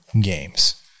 games